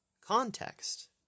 Context